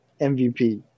MVP